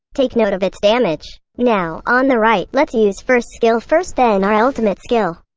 take note of its damage. now, on the right, let's use first skill first then our ultimate skill.